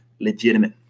Legitimate